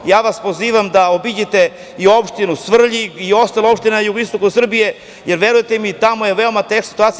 Ja vas pozivam da obiđete i opštinu Svrljig i ostale opštine na jugoistoku Srbije, jer, verujte mi, tamo je veoma teška situacija.